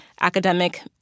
academic